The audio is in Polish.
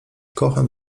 kocham